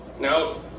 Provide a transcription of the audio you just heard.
Now